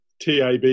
tab